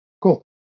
Cool